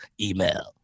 email